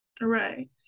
Right